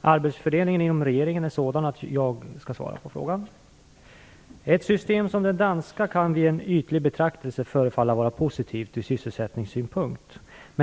Arbetsfördelningen inom regeringen är sådan att jag skall svara på frågan. Ett system som det danska kan vid en ytlig betraktelse förefalla vara positivt ur sysselsättningssynpunkt.